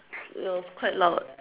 it was quite loud